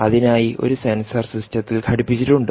അതിനായി ഒരു സെൻസർ സിസ്റ്റത്തിൽ ഘടിപ്പിച്ചിട്ടുണ്ട്